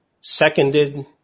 seconded